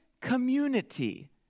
community